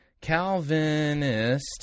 Calvinist